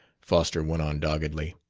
foster went on doggedly.